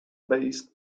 based